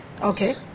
Okay